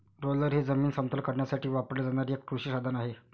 roller हे जमीन समतल करण्यासाठी वापरले जाणारे एक कृषी साधन आहे